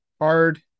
hard